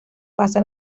pasa